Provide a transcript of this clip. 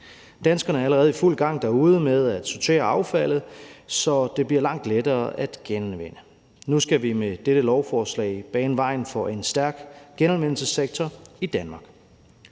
Danskerne er allerede i fuld gang derude med at sortere affaldet, så det bliver langt lettere at genanvende. Nu skal vi med dette lovforslag bane vejen for en stærk genanvendelsessektor i Danmark.